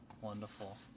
Wonderful